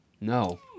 No